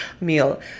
meal